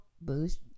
boost